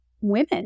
women